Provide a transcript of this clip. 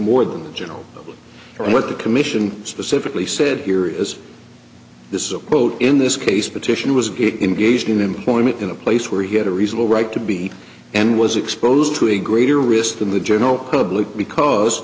more than the general public or what the commission specifically said here is this is a quote in this case petition was in gauged in employment in a place where he had a reasonable right to be and was exposed to a greater risk than the general public because